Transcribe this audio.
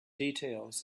details